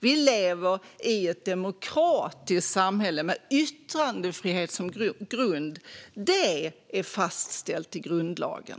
Vi lever i ett demokratiskt samhälle med yttrandefrihet som grund. Det är fastställt i grundlagen.